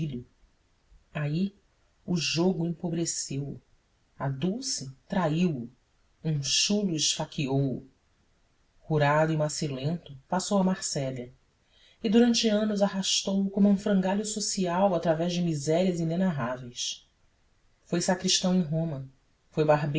idílio aí o jogo empobreceu o a dulce traiu o um chulo esfaqueou o curado e macilento passou a marselha e durante anos arrastou-se como um frangalho social através de misérias inenarráveis foi sacristão em roma foi